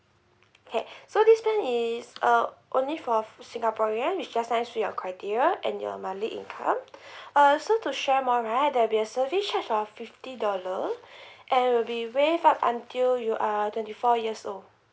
okay so this plan is uh only for singaporean it's just nice to your criteria and your monthly income uh so to share more right there'll be a service charge of fifty dollars and we'll be waived up until you are twenty four years old